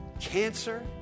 Cancer